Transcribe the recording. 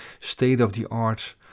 state-of-the-art